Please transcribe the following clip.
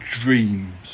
dreams